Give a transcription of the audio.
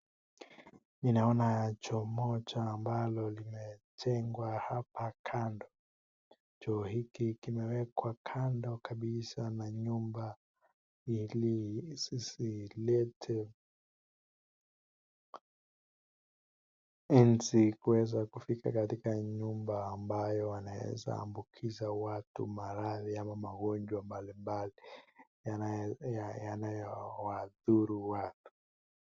Ninaona choo moja ambalo limetengwa hapa kando. Choo hiki kimewekwa kando kabisa na nyumba ili isilete inzi kuweza kufika katika nyumba ambayo wanaweza ambukiza watu maradhi ama magonjwa mbalimbali yanayowadhuru watu.